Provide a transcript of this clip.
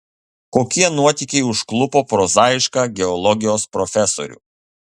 kokie nuotykiai užklupo prozaišką geologijos profesorių